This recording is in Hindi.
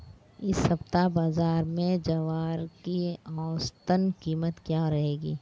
इस सप्ताह बाज़ार में ज्वार की औसतन कीमत क्या रहेगी?